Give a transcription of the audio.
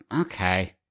Okay